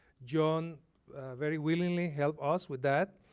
john very willingly helped us with that.